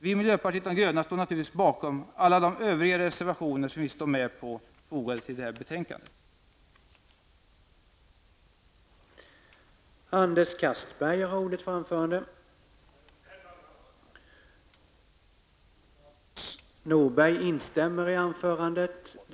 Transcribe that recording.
Vi i miljöpartiet de gröna står naturligtvis bakom alla de övriga reservationer som vi står med på men som jag inte har yrkat bifall till.